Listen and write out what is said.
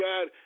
God